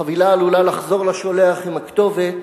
החבילה עלולה לחזור לשולח עם הכתובת,